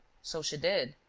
so she did.